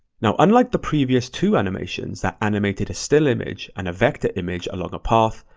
now unlike the previous two animations that animated a still image and a vector image along a path,